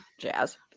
jazz